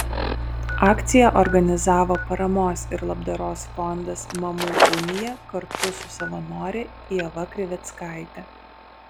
akciją organizavo paramos ir labdaros fondas mamų unija kartu su savanore ieva krivickaite